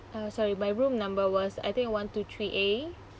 uh sorry my room number was I think one two three a